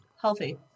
healthy